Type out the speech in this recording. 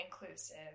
inclusive